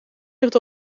ligt